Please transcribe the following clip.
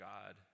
God